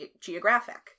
Geographic